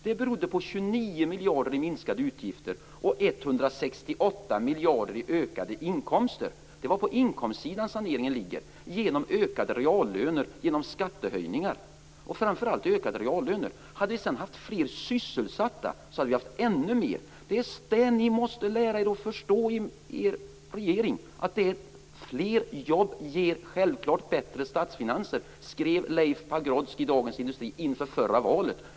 Det berodde på 29 miljarder kronor i minskade utgifter och 168 miljarder kronor i ökade inkomster. Det var på inkomstsidan som saneringen skedde genom ökade reallöner och genom skattehöjningar, men framför allt genom ökade reallöner. Om vi sedan hade haft fler sysselsatta hade vi haft ännu mer. Regeringen måste lära sig att förstå att fler jobb självklart ger bättre statsfinanser. Det skrev Leif Pagrotsky i Dagens Industri inför förra valet.